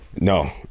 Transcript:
no